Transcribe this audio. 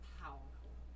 powerful